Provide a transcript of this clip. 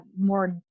more